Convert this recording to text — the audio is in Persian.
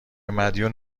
مدیون